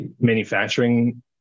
manufacturing